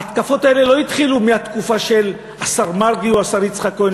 ההתקפות האלה לא התחילו מהתקופה של השר מרגי או השר יצחק כהן,